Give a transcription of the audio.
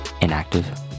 inactive